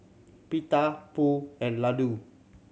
Pita Pho and Ladoo